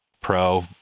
pro